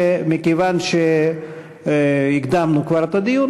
מכיוון שהקדמנו כבר את הדיון,